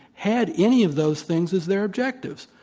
had any of those things as their objectives.